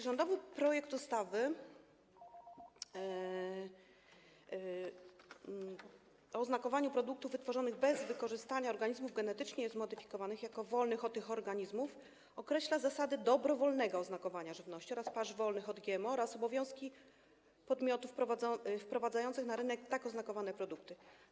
Rządowy projekt ustawy o oznakowaniu produktów wytworzonych bez wykorzystania organizmów genetycznie zmodyfikowanych jako wolnych od tych organizmów określa zasady dobrowolnego oznakowania żywności oraz pasz jako wolnych od GMO oraz obowiązki podmiotów wprowadzających na rynek tak oznakowane produkty.